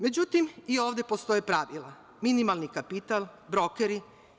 Međutim, i ovde postoje pravila – minimalni kapital, brokeri.